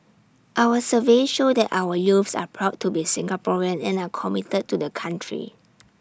our surveys show that our youths are proud to be Singaporean and are committed to the country